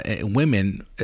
women